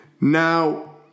Now